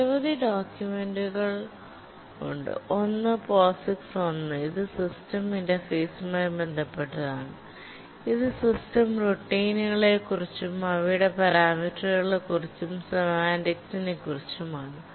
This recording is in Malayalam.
നിരവധി ഡോക്യുമെൻറുകൾ ഉണ്ട് ഒന്ന് POSIX 1 ഇത് സിസ്റ്റം ഇന്റർഫേസുമായി ബന്ധപ്പെട്ടതാണ് ഇത് സിസ്റ്റം റുടീനുകളെ ക്കുറിച്ചും അവയുടെ പാരാമീറ്ററുകളെക്കുറിച്ചും സെമാന്റിക്സിനെക്കുറിച്ചും ആണ്